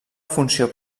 funció